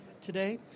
today